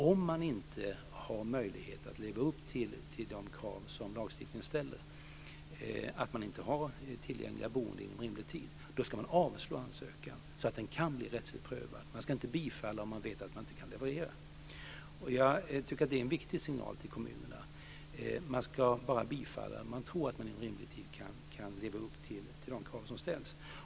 Om man inte har möjlighet att leva upp till de krav som lagstiftningen ställer, dvs. om man inte har tillgängligt boende inom rimlig tid, ska man avslå ansökan så att den kan bli rättsligt prövad. Man ska inte bifalla om man vet att man inte kan leverera. Jag tycker att det är en viktig signal till kommunerna. Man ska bara bifalla om man tror att man inom rimlig tid kan leva upp till de krav som ställs.